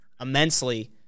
immensely